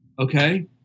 okay